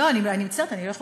לא, אני מצטערת, אני לא יכולה.